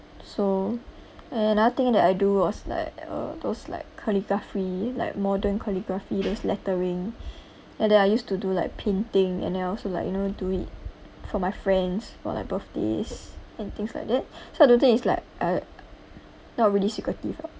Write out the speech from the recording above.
so another thing that I do was like uh those like calligraphy like modern calligraphy those lettering and then I used to do like painting and also like you know do it for my friends for like birthdays and things like that so I don't think it's like a not really secretive ah